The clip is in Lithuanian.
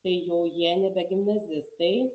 tai jau jie nebe gimnazistai